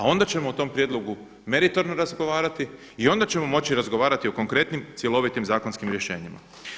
A onda ćemo o tom prijedlogu meritorno razgovarati i onda ćemo moći razgovarati o konkretnim cjelovitim zakonskim rješenjima.